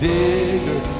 bigger